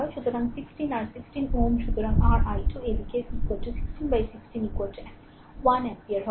সুতরাং 16 আর 16 Ω সুতরাং r i2 এই দিকে 1616 1 অ্যাম্পিয়ার হবে